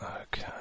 Okay